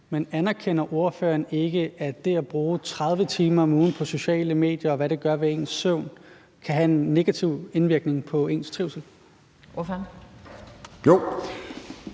Men anerkender ordføreren ikke, at det at bruge 30 timer om ugen på sociale medier, og hvad det gør ved ens søvn, kan have en negativ indvirkning på ens trivsel? Kl.